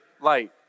light